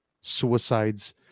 suicides